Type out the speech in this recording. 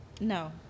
no